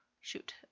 shoot